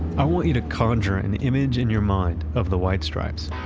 i want you to conjure an image in your mind of the white stripes